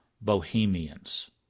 bohemians